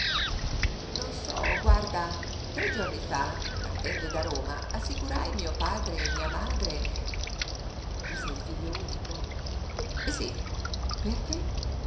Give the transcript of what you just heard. non so guarda tre giorni fa partendo da roma assicurai mio padre e mia madre tu sei figlio unico sí perché